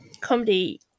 comedy